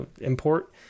import